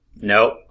Nope